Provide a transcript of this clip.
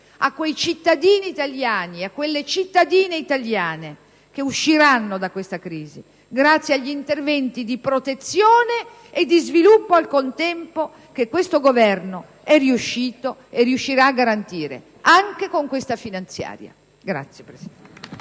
a quei cittadini italiani e a quelle cittadine italiane che usciranno da questa crisi grazie agli interventi di protezione, e di sviluppo al contempo, che questo Governo è riuscito e riuscirà a garantire anche con questa finanziaria. *(Applausi